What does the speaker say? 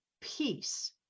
peace